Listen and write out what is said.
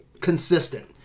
consistent